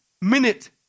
minute